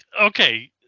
okay